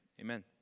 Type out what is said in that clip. Amen